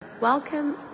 Welcome